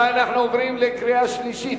רבותי, אנחנו עוברים לקריאה שלישית.